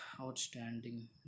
outstanding